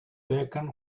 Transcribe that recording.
bacon